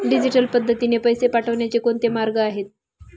Digital पद्धतीने पैसे पाठवण्याचे कोणते मार्ग आहेत?